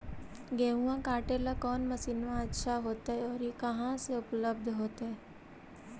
गेहुआ काटेला कौन मशीनमा अच्छा होतई और ई कहा से उपल्ब्ध होतई?